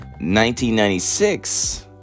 1996